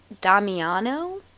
Damiano